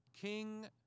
King